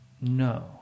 No